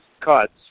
cuts